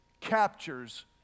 captures